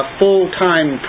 full-time